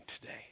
today